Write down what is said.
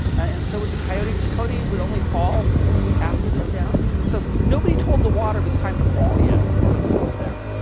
and so would the coyote. but the coyote would only fall after he looked down. so nobody told the water it was time to fall yet, so it kind of sits there.